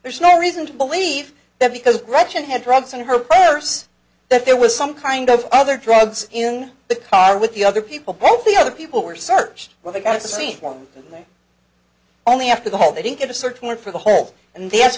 there's no reason to believe that because gretchen had drugs in her prayers that there was some kind of other drugs in the car with the other people both the other people were searched when they got to seen one only after the whole they didn't get a search warrant for the home and that's